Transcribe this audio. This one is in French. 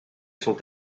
sont